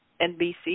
NBC